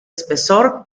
espesor